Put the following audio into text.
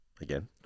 again